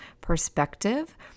perspective